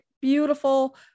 beautiful